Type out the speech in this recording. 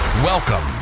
Welcome